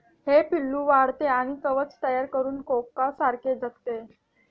हे पिल्लू वाढते आणि कवच तयार करून कोकोसारखे जगते